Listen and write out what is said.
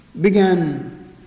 began